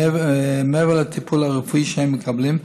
מעבר לטיפול הרפואי שהם מקבלים,